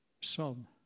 son